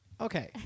Okay